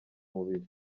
mubiri